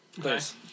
Please